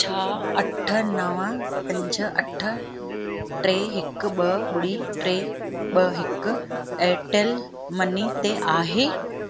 छा अठ नव पंज अठ टे हिक ॿ ॿुड़ी टे ॿ हिक एयरटेल मनी ते आहे